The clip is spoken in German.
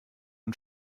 und